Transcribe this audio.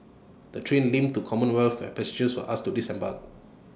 the train limped to commonwealth where passengers were asked to disembark